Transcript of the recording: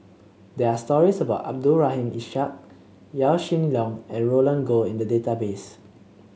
there are stories about Abdul Rahim Ishak Yaw Shin Leong and Roland Goh in the database